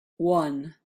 one